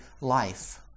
life